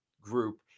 group